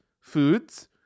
foods